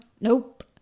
Nope